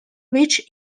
which